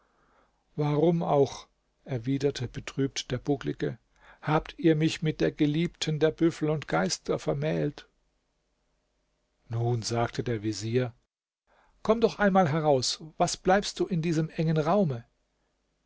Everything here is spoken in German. warum auch erwiderte betrübt der bucklige habt ihr mich mit der geliebten der büffel und geister vermählt nun sagte der vezier komm doch einmal heraus was bleibst du in diesem engen raume